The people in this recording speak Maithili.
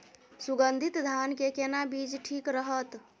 सुगन्धित धान के केना बीज ठीक रहत?